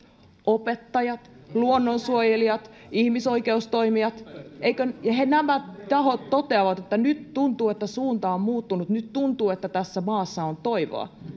opettajat luonnonsuojelijat ja ihmisoikeustoimijat nämä tahot toteavat että nyt tuntuu että suunta on muuttunut nyt tuntuu että tässä maassa on toivoa